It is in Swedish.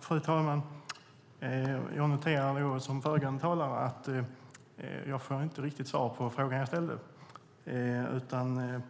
Fru talman! Jag noterar liksom föregående talare att jag inte riktigt får svar på den fråga som jag ställde.